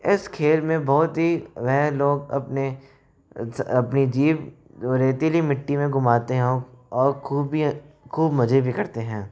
इस खेल में बहुत ही वह लोग अपने अपनी जीप रेतीली मिट्टी में घुमाते हैं और ख़ूब मज़े भी करते हैं